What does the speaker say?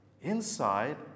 inside